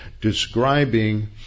describing